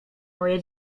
moje